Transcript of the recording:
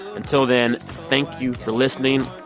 until then, thank you for listening.